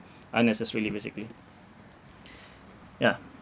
unnecessarily basically yeah